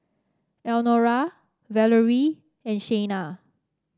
Elnora Valorie and Shayna